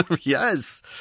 Yes